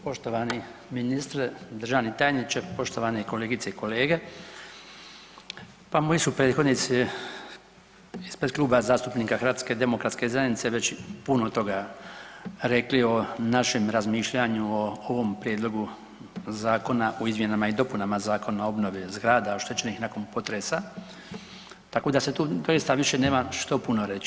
Poštovani ministre, državni tajniče, poštovane kolegice i kolege, pa moji su prethodnici ispred Kluba zastupnika HDZ-a već puno toga rekli o našem razmišljanju o ovom Prijedlogu Zakona o izmjenama i dopuna Zakona o obnovi zgrada oštećenih nakon potresa tako da se tu doista više nema što puno reći.